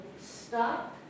stop